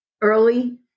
early